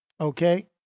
okay